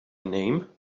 name